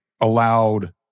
allowed